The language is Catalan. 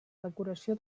decoració